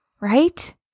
Right